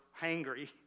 hangry